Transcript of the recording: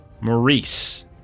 maurice